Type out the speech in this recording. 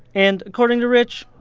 and according to rich,